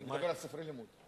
אני מדבר על ספרי לימוד.